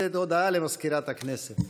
הודעה למזכירת הכנסת.